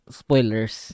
spoilers